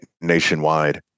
nationwide